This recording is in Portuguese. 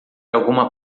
alguma